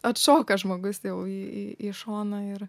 atšoka žmogus jau į į į šoną ir